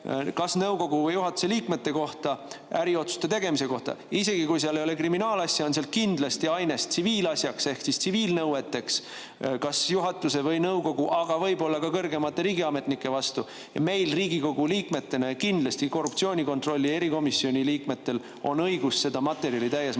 nõukogu või juhatuse liikmete äriotsuste tegemise kohta. Isegi kui seal ei ole kriminaalasja, on seal kindlasti ainest tsiviilasjaks ehk tsiviilnõueteks kas juhatuse või nõukogu, aga võib-olla ka kõrgemate riigiametnike vastu. Meil Riigikogu liikmetena ja kindlasti korruptsiooni[vastase] erikomisjoni liikmetel on õigus seda materjali täies mahus